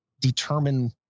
determine